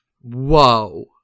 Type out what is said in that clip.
Whoa